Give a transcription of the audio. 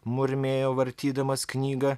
murmėjo vartydamas knygą